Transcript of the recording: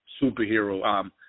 superhero